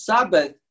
Sabbath